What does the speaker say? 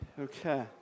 Okay